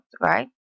right